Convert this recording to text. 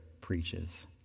preaches